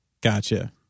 gotcha